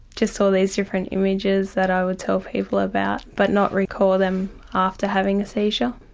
just all these different images that i would tell people about but not recall them after having a seizure.